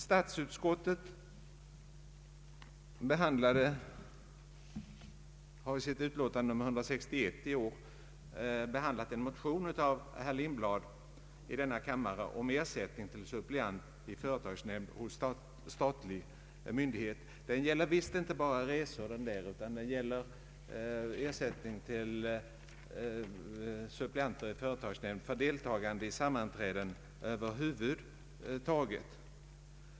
Statsutskottet har i sitt utlåtande nr 161 år 1970 behandlat en motion av herr Lindblad om ersättning till suppleant i företagsnämnd hos statlig myndighet. Yrkandet gäller visst inte enbart resor, utan det avser ersättning till suppleanter i företagsnämnd för deltagande i sammanträde över huvud taget.